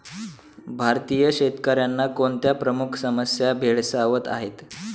भारतीय शेतकऱ्यांना कोणत्या प्रमुख समस्या भेडसावत आहेत?